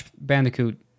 Bandicoot